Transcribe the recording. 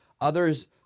Others